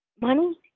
money